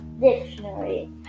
dictionary